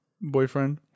boyfriend